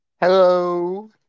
Hello